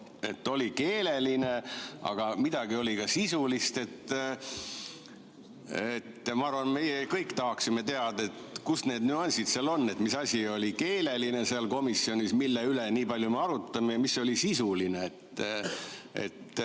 et oli keeleline [parandus], aga midagi oli ka sisulist. Ma arvan, et me kõik tahaksime teada, kus need nüansid seal on, mis asi oli keeleline seal komisjonis, mille üle me nii palju arutame, ja mis oli sisuline.